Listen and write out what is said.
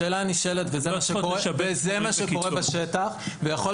השאלה הנשאלת וזה מה שקורה בשטח ויכול